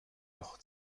noch